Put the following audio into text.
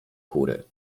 kury